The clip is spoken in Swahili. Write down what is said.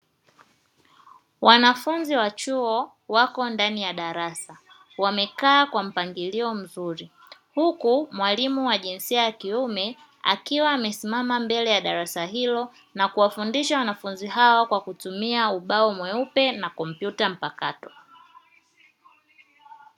Wanafunzi wa chuo wako ndani ya darasa wamekaa kwa mpangilio mzuri huku mwalimu wa jinsia ya kiume akiwa amesimama mbele ya darasa hilo na kuwafundisha wanafunzi hao kwa kutumia ubao mweupe na kompyuta mpakato.